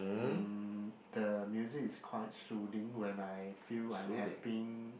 mm the music is quite soothing when I feel unhappy